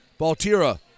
Baltira